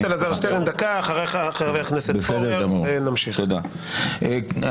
אבל מצער אותי מאוד כי אתה יודע היטב שאת הנושאים הללו אני